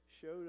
showed